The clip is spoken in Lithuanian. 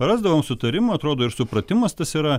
rasdavom sutarimą atrodo ir supratimas tas yra